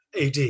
AD